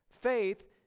Faith